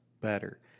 better